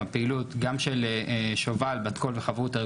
הפעילות גם של שובל ובת קול וחברותא,